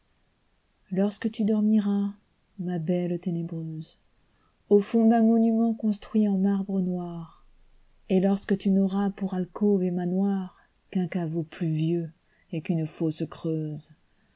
lorsque tu dormiras ma belle ténébreuse au fond d'un monument construit en marbre noir et lorsque tu n'auras pour alcôve et manoirqu'un caveau pluvieux et qu'une fosse creuse